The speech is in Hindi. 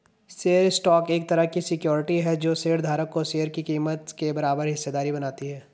शेयर स्टॉक एक तरह की सिक्योरिटी है जो शेयर धारक को शेयर की कीमत के बराबर हिस्सेदार बनाती है